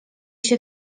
się